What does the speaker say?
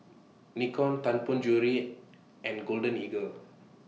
Nikon Tianpo Jewellery and Golden Eagle